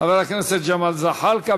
חבר הכנסת ג'מאל זחאלקה.